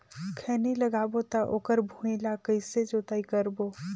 खैनी लगाबो ता ओकर भुईं ला कइसे जोताई करबो?